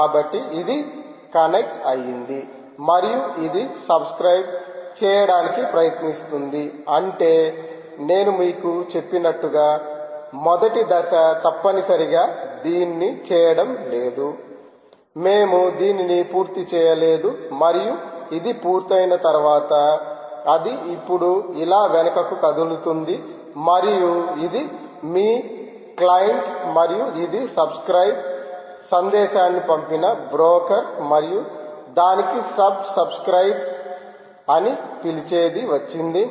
కాబట్టి ఇది కనెక్ట్ అయ్యింది మరియు అది సబ్స్క్రయిబ్ చేయడానికి ప్రయత్నిస్తుంది అంటే నేను మీకు చెప్పినట్లుగా మొదటి దశ తప్పనిసరిగా దీన్ని చేయడం లేదు మేము దీనిని పూర్తి చేయలేదు మరియు ఇది పూర్తయిన తర్వాత అది ఇప్పుడు ఇలా వెనుకకు కదులుతుంది మరియు ఇది మీ క్లయింట్ మరియు ఇది సబ్స్క్రయిబ్ సందేశాన్ని పంపిన బ్రోకర్ మరియు దానికి సబ్ సబ్స్క్రయిబ్ అని పిలిచేది వచ్చింది